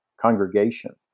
congregation